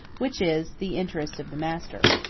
which is the interest of the master.